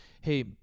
hey